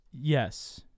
Yes